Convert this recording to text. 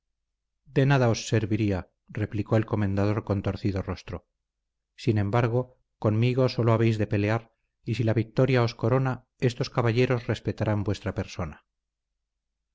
de nada os serviría replicó el comendador con torcido rostro sin embargo conmigo sólo habéis de pelear y si la victoria os corona estos caballeros respetarán vuestra persona